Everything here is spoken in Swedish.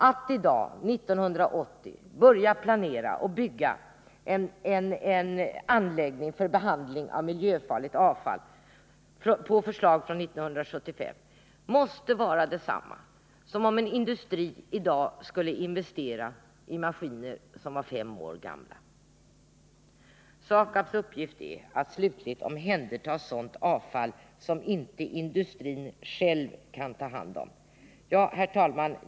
Att i dag, 1980, börja planera och bygga en anläggning för behandling av miljöfarligt avfall på förslag från 1975 måste vara detsamma som om en industri i dag skulle investera i maskiner som var fem år gamla. SAKAB:s uppgift är att slutligt omhänderta sådant avfall som industrin själv inte kan ta hand om. Herr talman!